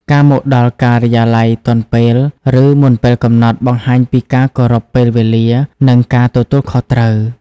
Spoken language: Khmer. ការមកដល់ការិយាល័យទាន់ពេល ឬមុនពេលកំណត់ បង្ហាញពីការគោរពពេលវេលា និងការទទួលខុសត្រូវ។